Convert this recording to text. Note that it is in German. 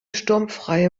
sturmfreie